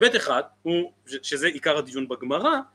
בית אחד, שזה עיקר הדיון בגמרא